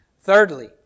Thirdly